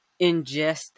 ingest